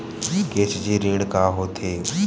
KCC ऋण का होथे?